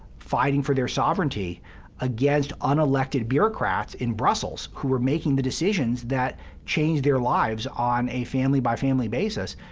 fighting for their sovereignty against unelected bureaucrats in brussels who were making the decisions that changed their lives on a family-by-family basis,